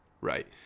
Right